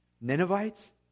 Ninevites